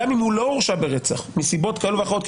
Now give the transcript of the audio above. גם אם הוא לא הורשע ברצח מסיבות כאלה ואחרות,